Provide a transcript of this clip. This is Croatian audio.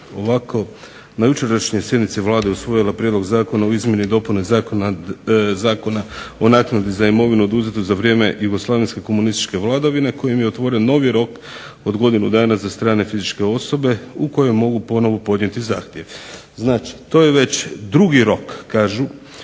ovako, na jučerašnjoj sjednici Vlada je usvojila Prijedlog zakona o izmjenama i dopunama Zakona o naknadi za imovinu oduzetu za vrijeme jugoslavenske komunističke vladavine kojim je otvoren novi rok od godinu dana za strane fizičke osobe u kojem mogu ponovo podnijeti zahtjev. Znači to je već drugi rok kažu